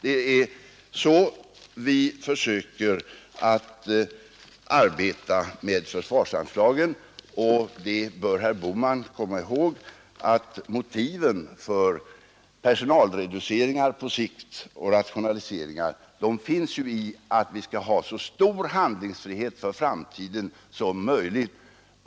Det är på detta sätt vi arbetar med försvarsanslagen. Herr Bohman bör komma ihåg att motivet för våra personalreduceringar och rationaliseringar på sikt är att vi skall ha så stor handlingsfrihet som möjligt.